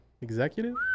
Executive